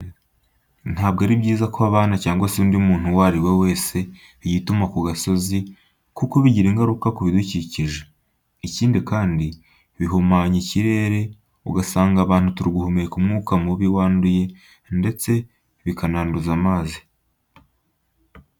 Ntabwo ari byiza ko abana cyangwa se undi muntu uwo ari we wese yituma ku gasozi, kuko bigira ingaruka ku bidukikije. Ikindi kandi, bihumanya ikirere ugasanga abantu turi guhumeka umwuka mubi wanduye ndetse bikananduza amazi.